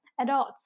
adults